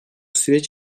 süreç